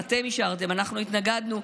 אתם אישרתם ואנחנו התנגדנו,